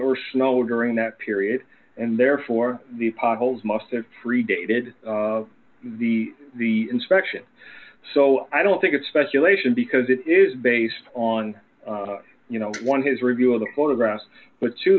or snow during that period and therefore the potholes must have predated the the inspection so i don't think it's speculation because it is based on you know one his review of the photographs but to